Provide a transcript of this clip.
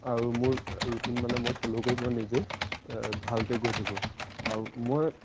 আৰু মোৰ ৰুটিন মানে মই ফ'ল' কৰি মই নিজেই ভালকৈ গৈ থাকোঁ আৰু মই